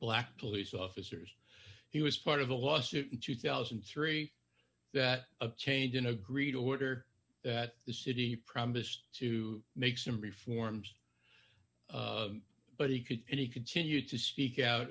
black police officers he was part of the lawsuit in two thousand and three that a change in agreed order that the city promised to make some reforms but he could and he continued to speak out